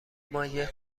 مایه